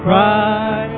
Cry